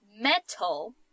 metal